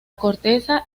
corteza